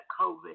COVID